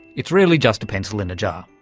it's really just a pencil in a jar,